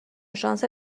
شانس